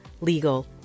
legal